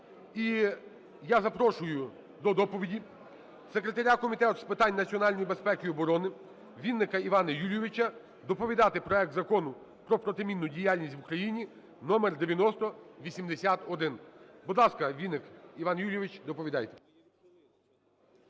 І я запрошую до доповіді секретаря Комітету з питань національної безпеки і оборони Вінника Івана Юлійовича доповідати проект Закону про протимінну діяльність в Україні (№ 9081). Будь ласка, Вінник Іван Юлійович, доповідайте.